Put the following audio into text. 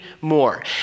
more